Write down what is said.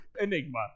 enigma